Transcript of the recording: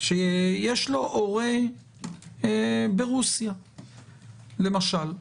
שיש לו הורה ברוסיה למשל,